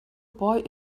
boy